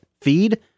feed